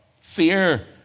Fear